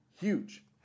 Huge